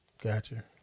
Gotcha